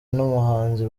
n’umuhanzi